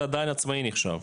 זה עדיין עצמאי נחשב.